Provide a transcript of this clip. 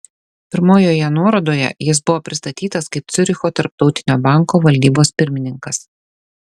pirmojoje nuorodoje jis buvo pristatytas kaip ciuricho tarptautinio banko valdybos pirmininkas